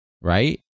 right